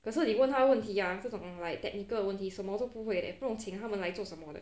可是你问他问题 ah 这种 like technical 问题什么都不会 eh 不懂请他们来做什么的